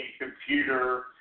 computer